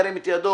ירים את ידו.